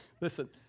Listen